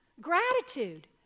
Gratitude